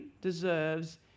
deserves